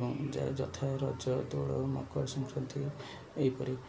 ଏବଂ ଯଥା ରଜ ଦୋଳ ମକର ସଂକ୍ରାନ୍ତି ଏହିପରି